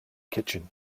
kitchen